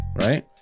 Right